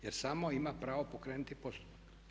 Jer samo ima pravo pokrenuti postupak.